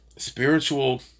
Spiritual